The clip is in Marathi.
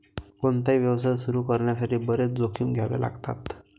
कोणताही व्यवसाय सुरू करण्यासाठी बरेच जोखीम घ्यावे लागतात